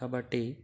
కాబట్టి